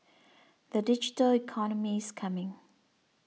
the digital economy is coming